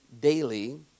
daily